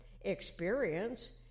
Experience